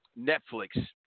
Netflix